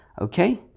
Okay